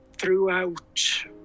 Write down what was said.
Throughout